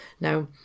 now